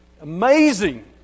amazing